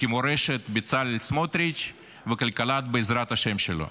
כמורשת בצלאל סמוטריץ' וכלכלת בעזרת השם שלו.